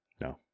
No